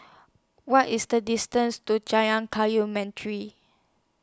What IS The distance to Jalan Kayu Mantri